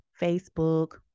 Facebook